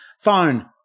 phone